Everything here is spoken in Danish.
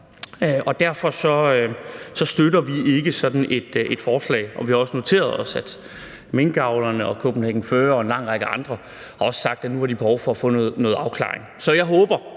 Derfor støtter vi ikke sådan et forslag, og vi har også noteret os, at minkavlerne og Kopenhagen Fur og en lang række andre også har sagt, at nu har de behov for at få noget afklaring.